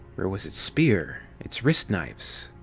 where was its spear? its wrist knives?